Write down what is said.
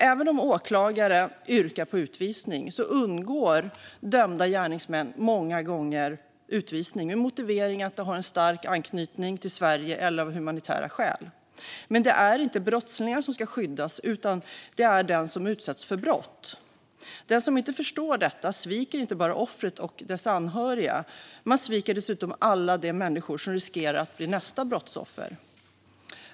Även om åklagare yrkar på utvisning undgår dömda gärningsmän många gånger utvisning med motiveringen humanitära skäl eller att gärningsmannen har stark anknytning till Sverige. Men det är inte brottslingar som ska skyddas utan den som utsätts för brott. Den som inte förstår detta sviker inte bara offret och dess anhöriga utan sviker dessutom alla de människor som riskerar att bli nästa brottsoffer.